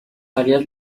áreas